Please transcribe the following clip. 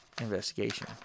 investigation